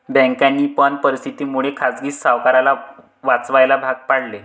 बँकांनी पण परिस्थिती मुळे खाजगी सावकाराला वाचवायला भाग पाडले